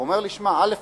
הוא אמר לי: שמע, א.